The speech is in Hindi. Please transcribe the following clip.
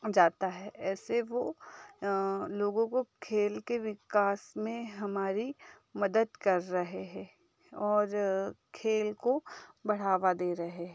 जाता है ऐसे वो लोगों को खेल के विकास में हमारी मदद कर रहे हैं और खेल को बढ़ावा दे रहे हैं